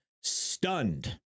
stunned